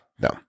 No